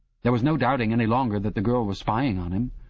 there was no doubting any longer that the girl was spying on him.